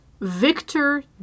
Victor